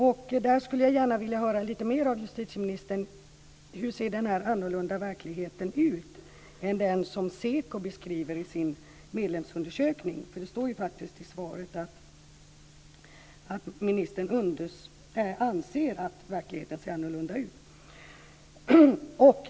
Jag skulle gärna vilja höra lite mer från justitieministern om hur denna annorlunda verklighet ser ut, den som skiljer sig från den som SEKO beskriver i sin medlemsundersökning. Det står ju faktiskt i svaret att ministern anser att verkligheten ser annorlunda ut.